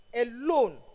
alone